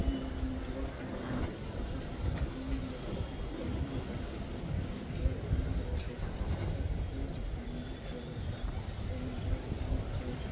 हम लोग नेटवर्क बिना अच्छा से काम कोई भी अच्छा से काम नहीं हो पाता है इसीलिए नेटवर्क ना रहे तो अच्छा से कोई भी काम नहीं किया जाता है और नेटवर्क होने हो